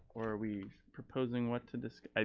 are we proposing what to discuss,